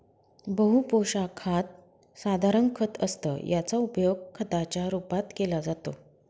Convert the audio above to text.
बहु पोशाखात साधारण खत असतं याचा उपयोग खताच्या रूपात केला जातो